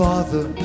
Father